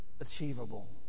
achievable